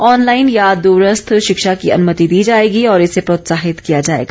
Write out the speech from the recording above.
online या दूरस्थ शिक्षा की अनुमति दी जाएगी और इसे प्रोत्साहित किया जाएगा